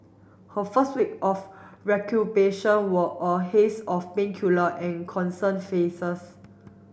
her first week of were a haze of painkiller and concerned faces